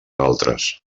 altres